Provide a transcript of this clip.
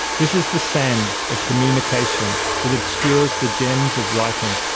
this is the sand of communication that obscures the gems of writing.